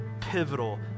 pivotal